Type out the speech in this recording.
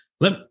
Let